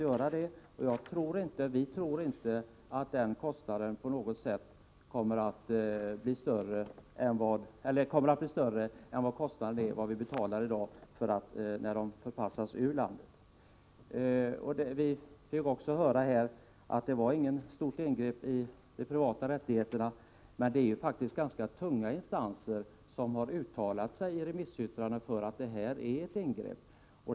Men vi tror inte att den kostnaden på något sätt kommer att bli större än den kostnad staten har i dag för att förpassa dessa människor ur landet. Vi fick också höra här att förslaget inte innebär något stort ingrepp i de privata rättigheterna. Men det är faktiskt ganska tunga instanser som under remissomgången har uttalat att det är ett ingrepp.